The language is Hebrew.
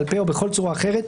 בעל פה או בכל צורה אחרת,